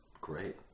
Great